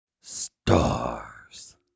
Stars